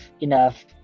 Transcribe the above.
enough